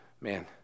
man